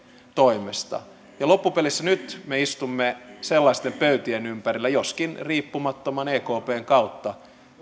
toimesta ja loppupelissä nyt me istumme sellaisten pöytien ympärillä joskin riippumattoman ekpn kautta